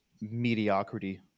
mediocrity